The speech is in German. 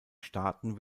staaten